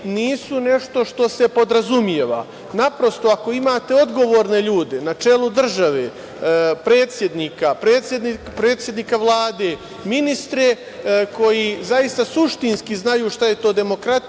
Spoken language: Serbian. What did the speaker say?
nisu nešto što se podrazumeva. Naprosto, ako imate odgovorne ljude na čelu države, predsednika, predsednika Vlade, ministre koji suštinski znaju šta je to demokratija